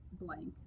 blank